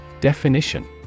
Definition